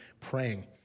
praying